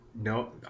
no